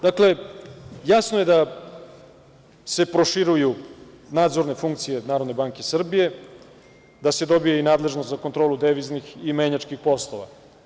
Dakle, jasno je da se proširuju nadzorne funkcije NBS, da se dobije i nadležnost za kontrolu deviznih i menjačkih poslova.